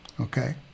okay